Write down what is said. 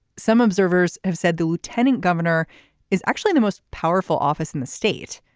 some observers have said the lieutenant governor is actually the most powerful office in the state.